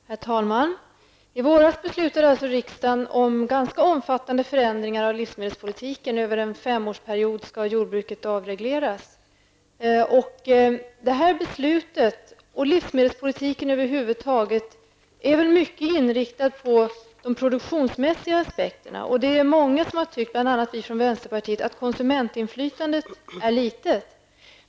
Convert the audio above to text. Herr talman! Riksdagen beslutade i våras om en ganska omfattande förändring av husmedelspolitiken som innebär att jordbruket skall avregleras över en femårsperiod. Detta beslut, och livsmedelspolitiken över huvud taget, är i stort inriktat på de produktionsmässiga aspekterna. Det är många som har ansett, bl.a. vi från vänsterpartiet, att konsumentinflytandet är litet.